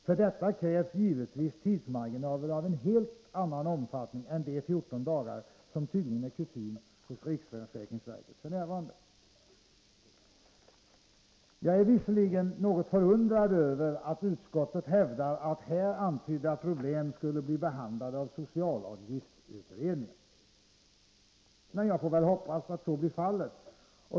För detta krävs givetvis tidsmarginaler av en helt annan omfattning än de 14 dagar som tydligen är kutym hos riksförsäkringsverket f. n. Jagär visserligen något förundrad över att utskottet hävdar att här antydda problem skulle bli behandlade av socialavgiftsutredningen, men jag får väl hoppas att så blir fallet.